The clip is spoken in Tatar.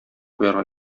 куярга